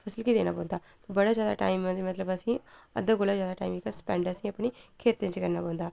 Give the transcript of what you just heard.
उसी गै देना पौंदा बड़ा जैदा टाइम मतलब असें ई अद्धे कोला जैदा टाइम जेह्का स्पैंड असें ई अपनें खेत्तें च करना पौंदा